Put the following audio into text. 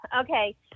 Okay